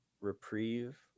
reprieve